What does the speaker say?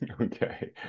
Okay